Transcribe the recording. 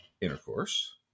intercourse